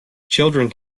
children